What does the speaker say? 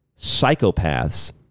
psychopaths